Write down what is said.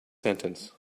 sentence